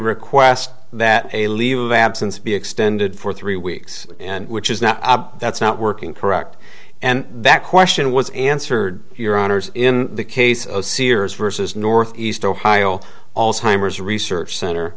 request that a leave of absence be extended for three weeks and which is now that's not working correct and that question was answered your honour's in the case of sears vs ne ohio all timers research center